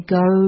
go